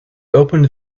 opened